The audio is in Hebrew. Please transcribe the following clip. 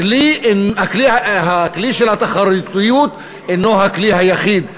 הכלי של התחרותיות אינו הכלי היחיד,